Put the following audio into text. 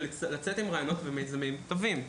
לצאת עם רעיונות ומיזמים טובים.